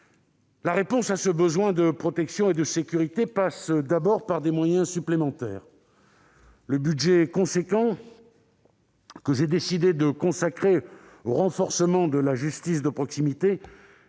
La réponse à ce besoin de protection et de sécurité passe d'abord par des moyens supplémentaires. Le budget important que j'ai décidé de consacrer au renforcement de la justice de proximité